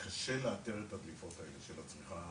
שקשה לאתר את הדליפות האלה של הצריכה המשותפת,